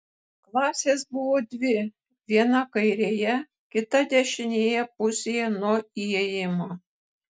klasės buvo dvi viena kairėje kita dešinėje pusėje nuo įėjimo